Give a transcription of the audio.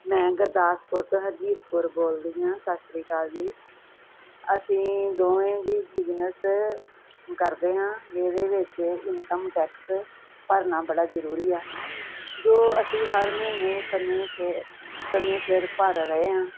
ਮੈਂ ਗੁਰਦਾਸਪੁਰ ਤੋਂ ਹਰਜੀਤ ਕੌਰ ਬੋਲਦੀ ਆਂ ਸਤਿ ਸ੍ਰੀ ਅਕਾਲ ਜੀ ਅਸੀਂ ਦੋਵੇਂ ਜੀ ਬਿਜ਼ਨਸ ਕਰਦੇ ਹਾਂ ਜਿਹਦੇ ਵਿੱਚ ਇਨਕਮ ਟੈਕਸ ਭਰਨਾ ਬੜਾ ਜਰੂਰੀ ਆ ਜੋ ਅਸੀਂ ਹਰ ਮਹੀਨੇ ਸਮੇ ਸਿਰ ਭਰ ਰਹੇ ਹਾਂ